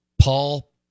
Paul